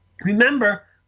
Remember